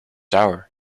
hour